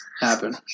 happen